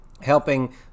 helping